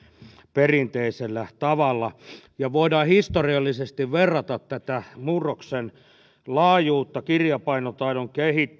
perinteisellä tavalla ja voidaan historiallisesti verrata tätä murroksen laajuutta kirjapainotaidon